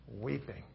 weeping